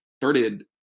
started